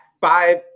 five